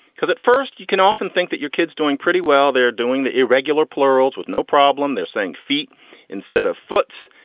because at first you can often think that your kid's doing pretty well. they're doing the irregular plurals with no problem. they're saying feet instead of foote's.